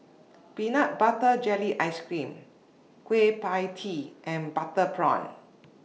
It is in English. Peanut Butter Jelly Ice Cream Kueh PIE Tee and Butter Prawn